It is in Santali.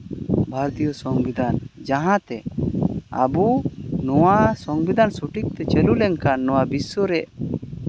ᱵᱷᱟᱨᱚᱛᱤᱭᱚ ᱥᱚᱝᱵᱤᱫᱷᱟᱱ ᱡᱟᱦᱟᱸ ᱛᱮ ᱟᱵᱚ ᱱᱚᱣᱟ ᱥᱚᱝᱵᱤᱫᱷᱟᱱ ᱥᱚᱴᱷᱤᱠ ᱛᱮ ᱪᱟᱹᱞᱩ ᱞᱮᱱᱠᱷᱟᱱ ᱱᱚᱣᱟ ᱵᱤᱥᱥᱚ ᱨᱮ